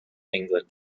england